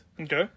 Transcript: Okay